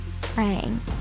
praying